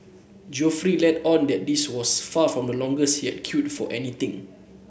Geoffrey let on that this was far from the longest he had queued for anything